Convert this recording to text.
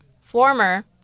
former